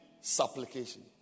supplication